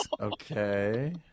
Okay